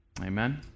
Amen